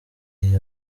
igihe